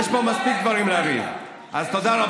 טובת הציבור היא להחליף אתכם.